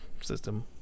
System